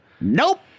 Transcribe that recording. Nope